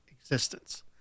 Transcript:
existence